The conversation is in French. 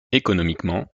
économiquement